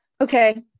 okay